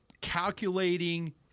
calculating